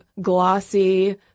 glossy